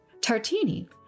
Tartini